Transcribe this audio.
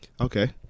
Okay